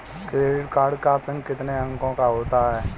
Credit card का PIN कितने अंकों का होता है?